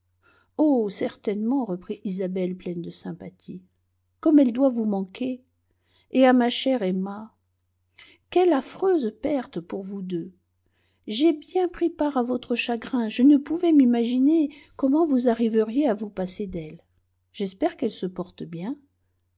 oh certainement reprit isabelle pleine de sympathie comme elle doit vous manquer et à ma chère emma quelle affreuse perte pour vous deux j'ai bien pris part à votre chagrin je ne pouvais m'imaginer comment vous arriveriez à vous passer d'elle j'espère qu'elle se porte bien